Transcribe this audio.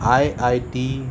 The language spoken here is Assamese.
I I T